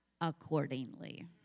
accordingly